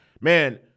man